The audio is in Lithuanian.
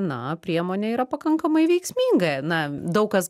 na priemonė yra pakankamai veiksminga na daug kas